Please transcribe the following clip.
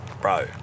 Bro